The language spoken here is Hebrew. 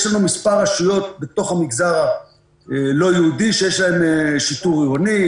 יש לנו מספר רשויות בתוך המגזר הלא יהודי שיש להן שיטור עירוני